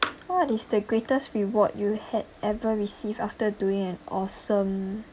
what is the greatest reward you had ever received after doing an awesome